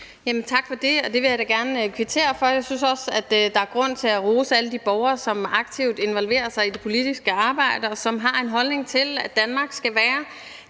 Tak for det. Det vil jeg da gerne kvittere for. Jeg synes også, der er grund til at rose alle de borgere, som aktivt involverer sig i det politiske arbejde, og som har en holdning til, at Danmark skal være